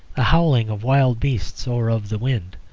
howling of wild beasts or of the wind.